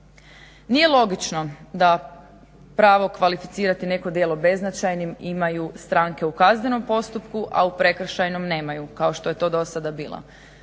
Nije logično da pravo kvalificirati neko djelo beznačajnim imaju stranke u kaznenom postupku, a u prekršajnom nemaju kao što je to do sada bilo.